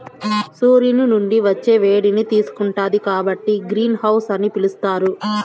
సూర్యుని నుండి వచ్చే వేడిని తీసుకుంటాది కాబట్టి గ్రీన్ హౌస్ అని పిలుత్తారు